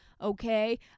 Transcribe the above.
Okay